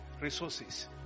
resources